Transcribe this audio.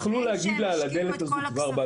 אחרי שהשקיעה את כל הכספים.